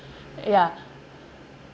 yeah